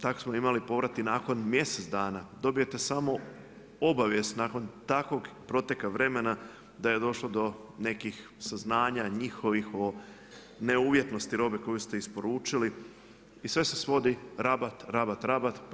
Tako smo imali povrat i nakon mjesec dana, dobijete samo obavijest nakon takvog proteka vremena da je došlo do nekih saznanja njihovih o ne uvjetnosti robe koju ste isporučili i sve se svodi rabat, rabat, rabat.